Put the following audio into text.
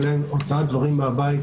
כולל הוצאת דברים מהבית.